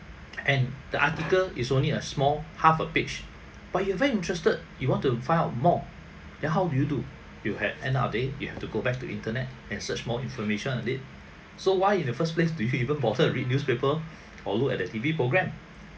and the article is only a small half a page but you're very interested you want to find out more then how do you do you had end of the day you have to go back to internet and search more information of it so why in the first place do you even bother read newspaper or look at the T_V programme